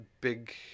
big